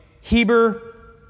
Heber